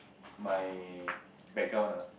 my background ah